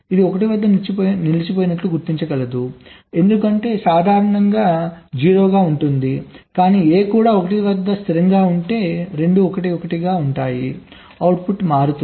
ఇది 1 వద్ద నిలిచిపోయినట్లు గుర్తించగలదు ఎందుకంటే సాధారణంగా అవుట్పుట్ 0 గా ఉంటుంది కానీ A కూడా 1 వద్ద స్థిరంగా ఉంటే రెండూ 1 1 గా ఉంటాయి అవుట్పుట్ మారుతుంది